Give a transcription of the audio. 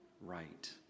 right